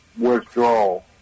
withdrawal